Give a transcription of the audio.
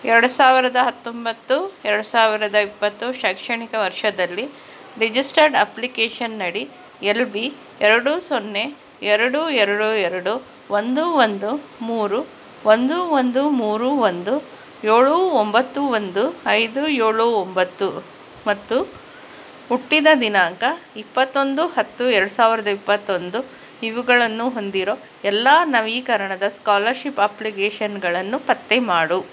ಎರಡು ಸಾವಿರದ ಹತ್ತೊಂಬತ್ತು ಎರಡು ಸಾವಿರದ ಇಪ್ಪತ್ತು ಶೈಕ್ಷಣಿಕ ವರ್ಷದಲ್ಲಿ ರಿಜಿಸ್ಟರ್ಡ್ ಅಪ್ಲಿಕೇಷನ್ ಅಡಿ ಎಲ್ ಬಿ ಎರಡು ಸೊನ್ನೆ ಎರಡು ಎರಡು ಎರಡು ಒಂದು ಒಂದು ಮೂರು ಒಂದು ಒಂದು ಮೂರು ಒಂದು ಏಳು ಒಂಬತ್ತು ಒಂದು ಐದು ಏಳು ಒಂಬತ್ತು ಮತ್ತು ಹುಟ್ಟಿದ ದಿನಾಂಕ ಇಪ್ಪತ್ತೊಂದು ಹತ್ತು ಎರಡು ಸಾವಿರದ ಇಪ್ಪತ್ತೊಂದು ಇವುಗಳನ್ನು ಹೊಂದಿರೋ ಎಲ್ಲ ನವೀಕರಣದ ಸ್ಕಾಲರ್ಶಿಪ್ ಅಪ್ಲಿಕೇಷನ್ಗಳನ್ನು ಪತ್ತೆ ಮಾಡು